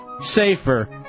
safer